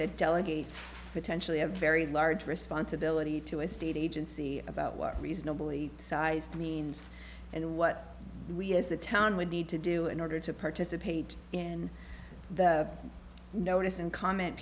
that delegates potentially a very large responsibility to a state agency about what reasonably sized means and what we as the town would need to do in order to participate in the notice and comment